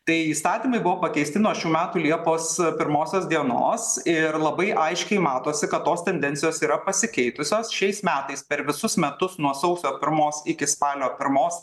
tai įstatymai buvo pakeisti nuo šių metų liepos pirmosios dienos ir labai aiškiai matosi kad tos tendencijos yra pasikeitusios šiais metais per visus metus nuo sausio pirmos iki spalio pirmos